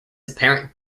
apparent